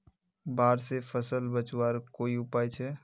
बाढ़ से फसल बचवार कोई उपाय छे?